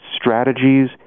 strategies